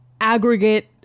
aggregate